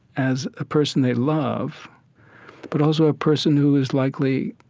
as a person they love but also a person who is likely,